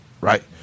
Right